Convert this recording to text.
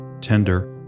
tender